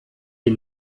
die